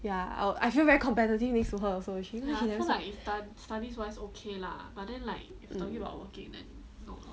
ya I'll I feel very competitive next to her so she never like